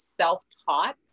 self-taught